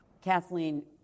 Kathleen